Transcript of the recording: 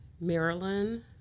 Maryland